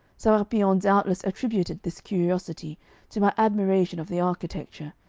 serapion doubtless attributed this curiosity to my admiration of the architecture,